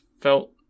felt